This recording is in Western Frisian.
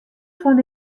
fan